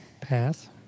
Pass